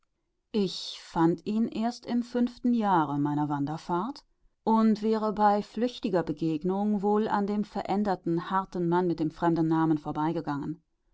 ich fand ihn erst im fünften jahre meiner wanderfahrt und wäre bei flüchtiger begegnung wohl an dem veränderten harten mann mit dem fremden namen